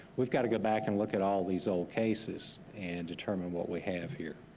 we've got to go back and look at all these old cases and determine what we have here.